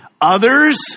Others